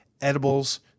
edibles